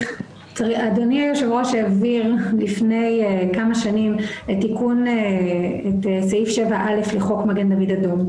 אדוני היו"ר העביר לפני כמה שנים את סעיף 7.א לחוק מגן דוד אדום,